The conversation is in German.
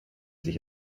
sich